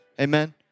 Amen